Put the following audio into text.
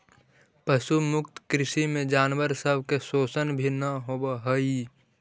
पशु मुक्त कृषि में जानवर सब के शोषण भी न होब हई